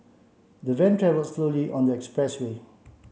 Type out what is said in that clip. the van travelled slowly on the expressway